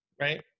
right